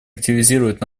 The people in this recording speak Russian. активизировать